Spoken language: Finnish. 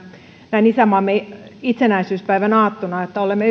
näin isänmaamme itsenäisyyspäivän aattona että olemme